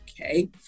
Okay